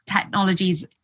technologies